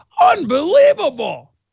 unbelievable